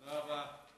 תודה רבה.